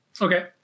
Okay